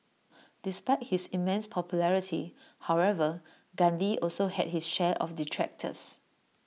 despite his immense popularity however Gandhi also had his share of detractors